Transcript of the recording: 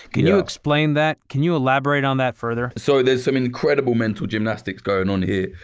can you explain that? can you elaborate on that further? so there's some incredible mental gymnastics going on here.